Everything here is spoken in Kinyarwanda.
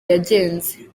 yagenze